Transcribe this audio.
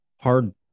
hard